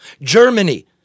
Germany